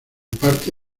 parte